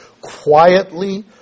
quietly